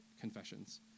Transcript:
confessions